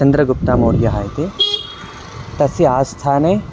चन्द्रगुप्तामौर्यः इति तस्य आस्थाने